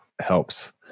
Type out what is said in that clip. helps